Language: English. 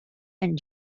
and